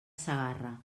segarra